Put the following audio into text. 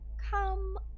Come